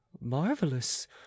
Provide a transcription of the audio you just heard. marvelous